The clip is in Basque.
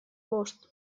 bost